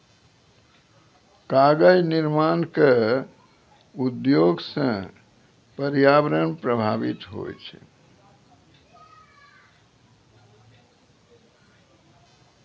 कागज निर्माण क उद्योग सँ पर्यावरण प्रभावित होय छै